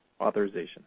authorization